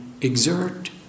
exert